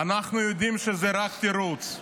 אנחנו יודעים שזה רק תירוץ.